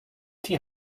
die